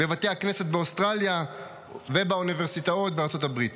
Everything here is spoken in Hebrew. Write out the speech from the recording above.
בבתי הכנסת באוסטרליה או באוניברסיטאות בארצות הברית.